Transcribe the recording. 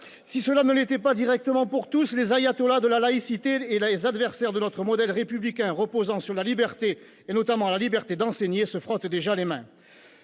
Si cela ne l'était pas directement pour tous, les ayatollahs de la laïcité et les adversaires de notre modèle républicain reposant sur la liberté, et notamment sur la liberté d'enseigner, se frottent déjà les mains.